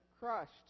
crushed